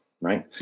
right